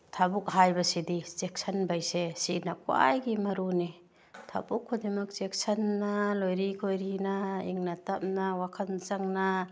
ꯊꯕꯛ ꯍꯥꯏꯕꯁꯤꯗꯤ ꯆꯦꯛꯁꯤꯟꯕ ꯍꯥꯏꯁꯦ ꯁꯤꯅ ꯈ꯭ꯋꯥꯏꯗꯒꯤ ꯃꯔꯨꯅꯤ ꯊꯕꯛ ꯈꯨꯗꯤꯡꯃꯛ ꯆꯦꯛꯁꯤꯟꯅ ꯂꯣꯏꯔꯤ ꯈꯣꯏꯔꯤꯅ ꯏꯪꯅ ꯇꯞꯅ ꯋꯥꯈꯜ ꯆꯪꯅ